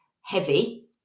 heavy